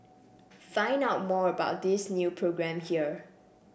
find out more about this new programme here